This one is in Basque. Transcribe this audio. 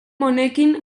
honekin